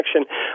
action